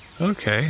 okay